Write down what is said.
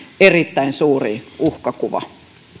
erittäin suuri uhkakuva